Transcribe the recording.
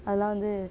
அதலாம் வந்து